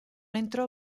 entrò